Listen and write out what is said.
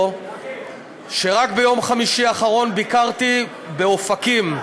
שרק ביום חמישי האחרון ביקרתי באופקים.